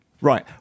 Right